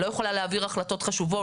לא יכולה להעביר החלטות חשובות?